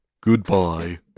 Goodbye